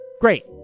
Great